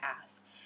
ask